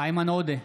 איימן עודה,